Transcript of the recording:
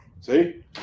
See